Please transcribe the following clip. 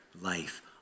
life